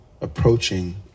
approaching